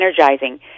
energizing